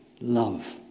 Love